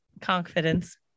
confidence